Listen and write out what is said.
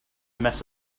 mess